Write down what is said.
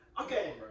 okay